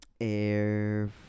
Air